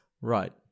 Right